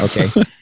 Okay